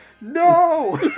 No